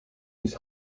his